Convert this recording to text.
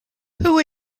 who